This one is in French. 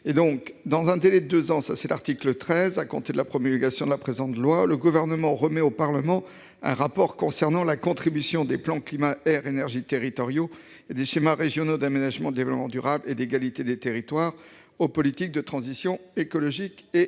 dans un délai de deux ans à compter de la promulgation de la présente loi, le Gouvernement remet au Parlement un rapport concernant la contribution des plans climat-air-énergie territoriaux et des schémas régionaux d'aménagement, de développement durable et d'égalité des territoires aux politiques de transition écologique et énergétique.